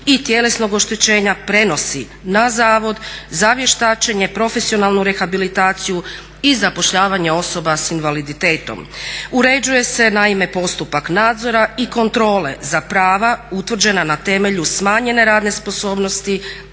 i tjelesnog oštećenja prenosi na Zavod za vještačenja, profesionalnu rehabilitaciju i zapošljavanje osoba s invaliditetom. Uređuje se naime postupak nadzora i kontrole za prava utvrđena na temelju smanjene radne sposobnosti,